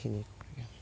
এইখিনিয়েই